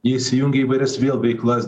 jie įsijungia į įvairias vėl veiklas